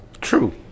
True